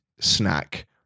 snack